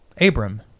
Abram